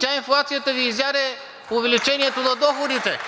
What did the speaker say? Тя, инфлацията, Ви изяде увеличението на доходите.